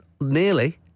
Nearly